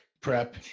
Prep